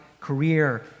career